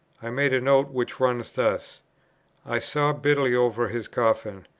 i made a note, which runs thus i sobbed bitterly over his coffin,